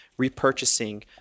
repurchasing